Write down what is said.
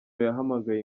yahamagaye